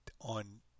on